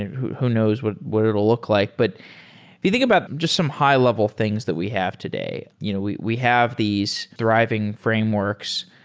who who knows what what it'll look like. but if you think about just some high-level things that we have today, you know we we have these driving frameworks.